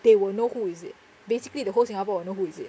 they will know who is it basically the whole singapore will know who is it